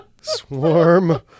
Swarm